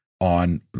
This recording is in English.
on